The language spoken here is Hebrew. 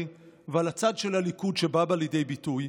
ועל הצד של הליכוד שבא בה לידי ביטוי,